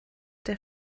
der